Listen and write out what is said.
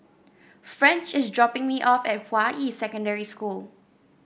French is dropping me off at Hua Yi Secondary School